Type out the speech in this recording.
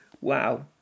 Wow